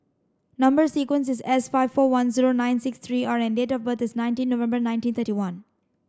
number sequence is S five four one zero nine six three R and date of birth is nineteen November nineteen thirty one